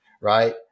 right